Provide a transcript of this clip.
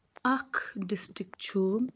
اکھ ڈِسٹرک چھُ